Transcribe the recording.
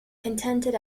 contented